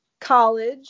college